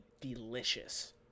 delicious